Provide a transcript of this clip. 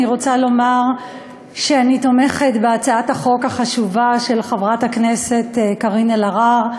אני רוצה לומר שאני תומכת בהצעת החוק החשובה של חברת הכנסת קארין אלהרר,